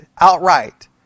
outright